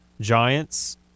Giants